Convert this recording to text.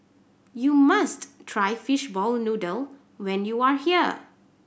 you must try fishball noodle when you are here